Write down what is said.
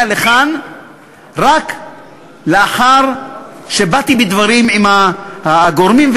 לכאן רק לאחר שבאתי בדברים עם הגורמים,